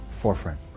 forefront